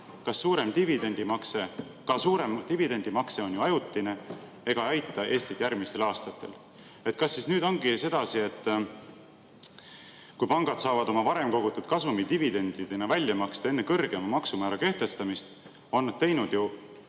Ka suurem dividendimakse on ju ajutine ega aita Eestit järgmistel aastatel. Kas siis nüüd ongi sedasi, kui pangad saavad oma varem kogutud kasumi dividendidena välja maksta enne kõrgema maksumäära kehtestamist, on nad teinud tänu